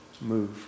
move